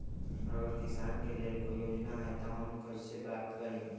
अगर किसान के लेल कोई योजना है त हम कईसे प्राप्त करी?